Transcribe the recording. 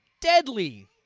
Deadly